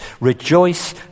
Rejoice